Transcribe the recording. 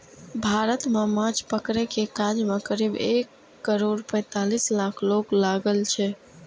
भारत मे माछ पकड़ै के काज मे करीब एक करोड़ पैंतालीस लाख लोक लागल छै